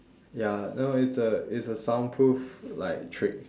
ya no it's a it's a soundproof like trick